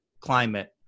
climate